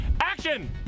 Action